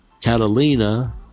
Catalina